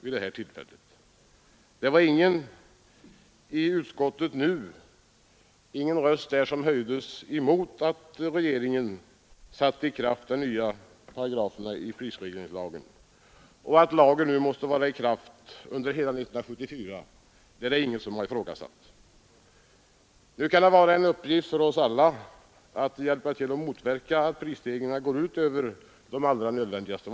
Ingen röst har i utskottet höjts mot att regeringen satt i kraft de nya paragraferna i prisregleringslagen. Att lagen måste vara i kraft också under 1974 är det ingen som har ifrågasatt. Det kan vara en uppgift för oss alla att hjälpas åt med att motverka att prisstegringarna går utöver vad som är nödvändigt.